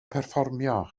perfformio